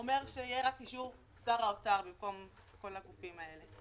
שיהיה רק אישור שר האוצר במקום כל הגופים האלה.